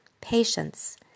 patience